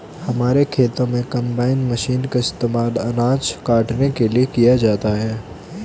हमारे खेतों में कंबाइन मशीन का इस्तेमाल अनाज काटने के लिए किया जाता है